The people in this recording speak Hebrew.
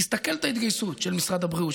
תסתכל על ההתגייסות של משרד הבריאות,